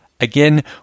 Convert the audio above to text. Again